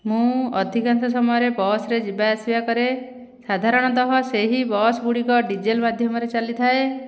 ମୁଁ ଅଧିକାଂଶ ସମୟରେ ବସ୍ରେ ଯିବାଆସିବା କରେ ସାଧାରଣତଃ ସେହି ବସ୍ ଗୁଡ଼ିକ ଡିଜେଲ୍ ମାଧ୍ୟମରେ ଚାଲିଥାଏ